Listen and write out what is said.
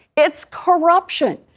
it's corruption.